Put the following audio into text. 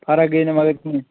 فَرق گٔے نہٕ مگر کیٚنٛہہ